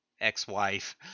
ex-wife